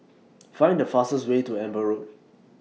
Find The fastest Way to Amber Road